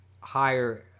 higher